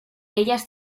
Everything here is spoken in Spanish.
ellas